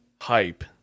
hype